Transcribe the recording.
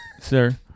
Sir